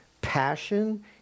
passion